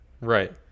right